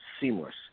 seamless